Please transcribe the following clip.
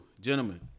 gentlemen